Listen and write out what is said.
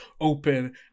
open